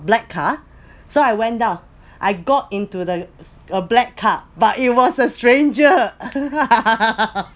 black car so I went down I got into the a black car but it was a stranger